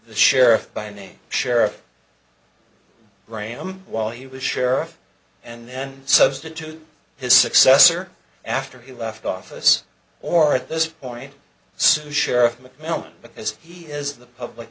the sheriff by name sheriff graham while he was sheriff and then substitute his successor after he left office or at this point sue sheriff mcmillan because he is the public